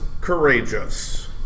Courageous